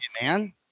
man